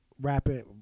rapping